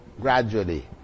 gradually